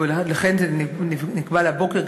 לכן זה נקבע להבוקר.